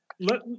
Let